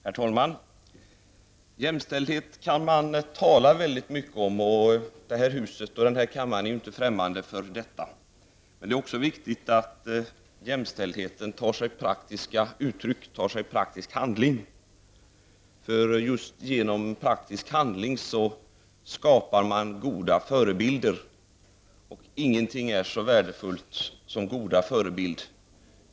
Herr talman! Jämställdhet kan man tala väldigt mycket om, och vi är ju i det här huset och i den här kammaren inte främmande för detta. Men det är också viktigt att jämställdheten tar sig praktiska uttryck, att den omsätts i praktiskt handling. Just genom praktisk handling skapar man goda förebilder, och ingenting är så värdefullt som goda förebilder.